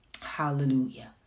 Hallelujah